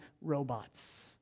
robots